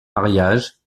mariages